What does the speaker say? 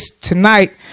tonight